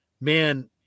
man